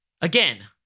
Again